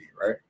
right